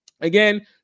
again